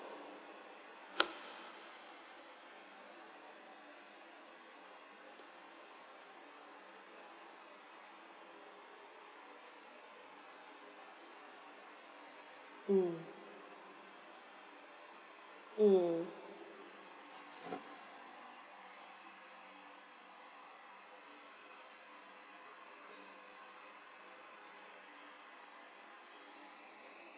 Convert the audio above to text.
mm mm